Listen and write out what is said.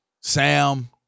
Sam